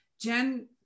Jen